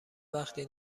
وقتی